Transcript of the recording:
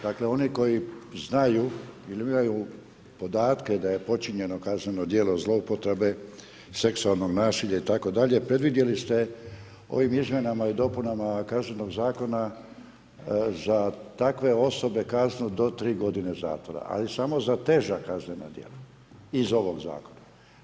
Dakle onaj koji znaju ili imaju podatke da je počinjeno kazneno djelo zloupotrebe, seksualnog nasilja itd., predvidjeli ste ovim izmjenama i dopunama Kaznenog zakona za takve osobe kaznu do 3 godine zatvora, ali samo za teža kaznena djela iz ovog Zakona.